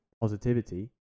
positivity